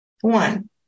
One